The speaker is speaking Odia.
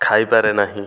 ଖାଇପାରେ ନାହିଁ